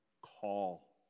call